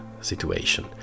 situation